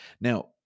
Now